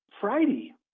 Friday